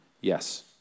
Yes